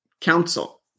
Council